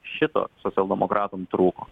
šito socialdemokratam trūko